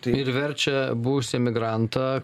tai ir verčia buvusį emigrantą